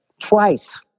Twice